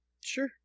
Sure